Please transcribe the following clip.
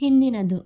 ಹಿಂದಿನದು